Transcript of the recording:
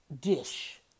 dish